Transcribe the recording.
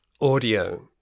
audio